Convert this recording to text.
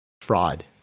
fraud